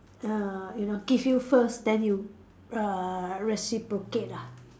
uh you know give you first then you uh reciprocate ah